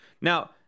Now